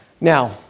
Now